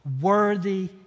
Worthy